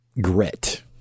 grit